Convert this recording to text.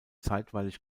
zeitweilig